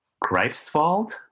Greifswald